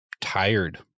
tired